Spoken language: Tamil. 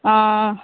ஆ ஆ